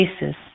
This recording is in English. basis